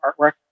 artwork